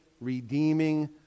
redeeming